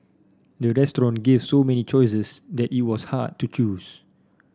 the restaurant gave so many choices that it was hard to choose